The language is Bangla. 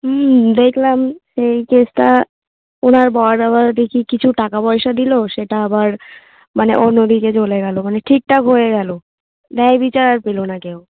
হুম দেখলাম সেই কেসটা ওনার বর আবার দেখি কিছু টাকা পয়সা দিল সেটা আবার মানে অন্যদিকে চলে গেল মানে ঠিকঠাক হয়ে গেল ন্যায় বিচার আর পেল না কেউ